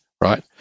right